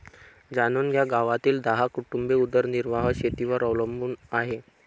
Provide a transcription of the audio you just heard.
जाणून घ्या गावातील दहा कुटुंबे उदरनिर्वाह शेतीवर अवलंबून आहे